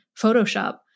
Photoshop